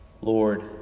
Lord